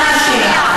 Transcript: אל תצעקי,